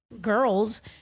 girls